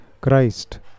Christ